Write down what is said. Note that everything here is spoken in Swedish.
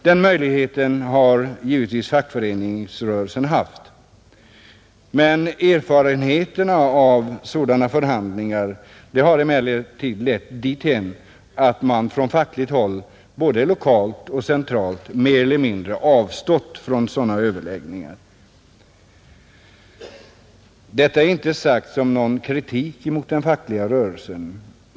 Den möjligheten har fackföreningsrörelsen givetvis haft men erfarenheterna av sådana förhandlingar har lett dithän att man på fackligt håll både lokalt och centralt mer eller mindre avstått från sådana överläggningar. Detta är inte sagt som någon kritik mot den fackliga rörelsen.